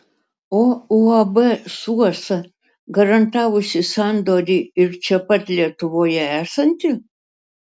o uab suosa garantavusi sandorį ir čia pat lietuvoje esanti